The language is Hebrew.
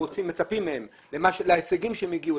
מצפים מהם לבין ההישגים אליהם הם הגיעו,